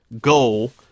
goal